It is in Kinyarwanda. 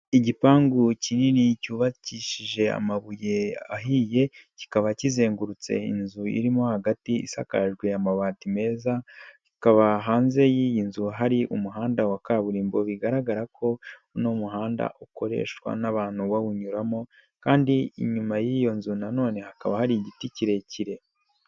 Igipangu kinini cyubakishije amabuye ahiye, kikaba kizengurutse inzu irimo hagati isakajwe amabati meza, ikaba hanze y'iyi nzu hari umuhanda wa kaburimbo bigaragara ko n'umuhanda ukoreshwa n'abantu bawunyuramo kandi inyuma y'iyo nzu na none hakaba hari igiti kirekire.